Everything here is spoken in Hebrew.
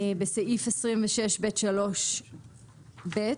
בסעיף 26ב(3)(ב),